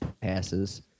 passes